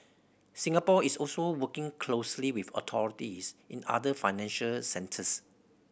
Singapore is also working closely with authorities in other financial centres